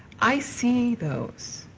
i see those.